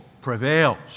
prevails